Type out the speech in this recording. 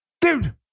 Dude